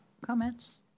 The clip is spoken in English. comments